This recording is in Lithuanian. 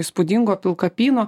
įspūdingo pilkapyno